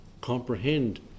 comprehend